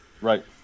Right